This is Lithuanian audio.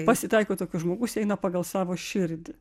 pasitaiko tokių žmogus eina pagal savo širdį